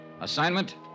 Assignment